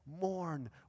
Mourn